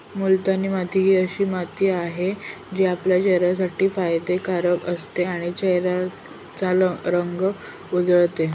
मुलतानी माती अशी माती आहे, जी आपल्या चेहऱ्यासाठी फायदे कारक असते आणि चेहऱ्याचा रंग उजळते